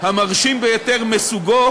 המרשים ביותר מסוגו